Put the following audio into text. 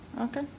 Okay